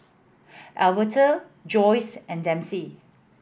Alberto Joyce and Dempsey